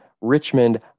Richmond